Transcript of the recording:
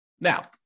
Now